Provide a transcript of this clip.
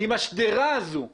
אם השדרה הזו תקרוס,